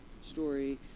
story